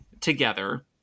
together